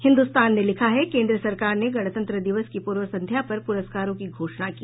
हिन्दुस्तान ने लिखा है केंद्र सरकार ने गणतंत्र दिवस की पूर्व संध्या पर प्रस्कारों की घोषणा की